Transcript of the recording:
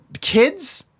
kids